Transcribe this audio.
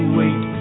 wait